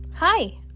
Hi